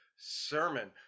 Sermon